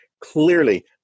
clearly